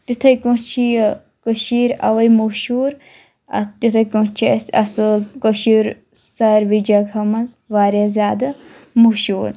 تِتھٕے پٲٹھۍ چھِ یہِ کٔشیٖر اَوَے مشہوٗر آ تِتھٕے پٲٹھۍ چھِ اَسہِ اَصۭل کٔشیٖر سارِوٕے جَگہ منٛز واریاہ زیادٕ مشہوٗر